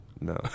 No